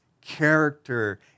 character